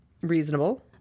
reasonable